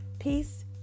peace